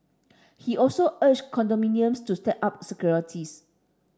he also urged condominiums to step up securities